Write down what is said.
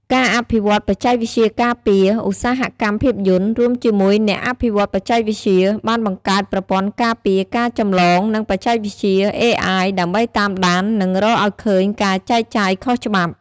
ការអភិវឌ្ឍបច្ចេកវិទ្យាការពារ ឧស្សាហកម្មភាពយន្ត រួមជាមួយអ្នកអភិវឌ្ឍន៍បច្ចេកវិទ្យា បានបង្កើតប្រព័ន្ធការពារការចម្លងនិងបច្ចេកវិទ្យា អេអាយ ដើម្បីតាមដាន និងរកឱ្យឃើញការចែកចាយខុសច្បាប់។